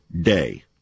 day